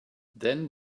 then